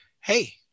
hey